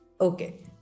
Okay